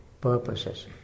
purposes